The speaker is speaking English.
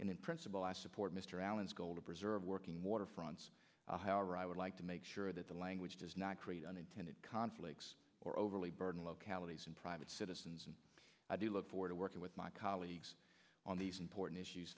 in principle i support mr allen's goal to preserve working waterfronts however i would like to make sure that the language does not create unintended conflicts or overly burden localities and private citizens and i do look forward to working with my colleagues on these important issues